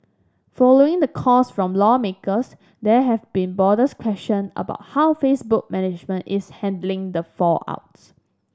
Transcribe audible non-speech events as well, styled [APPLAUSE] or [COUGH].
following the calls from lawmakers there have been broader [UNINTELLIGIBLE] question about how Facebook management is handling the fallout